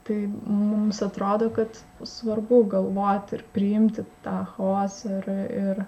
tai mums atrodo kad svarbu galvoti ir priimti tą chaosą ir ir